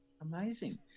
Amazing